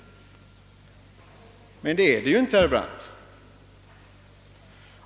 Men så är inte fallet, herr Brandt.